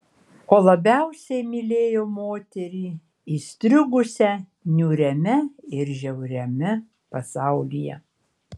o labiausiai mylėjo moterį įstrigusią niūriame ir žiauriame pasaulyje